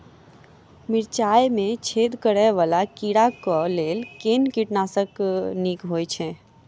मिर्चाय मे छेद करै वला कीड़ा कऽ लेल केँ कीटनाशक नीक होइ छै?